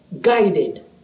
guided